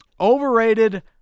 overrated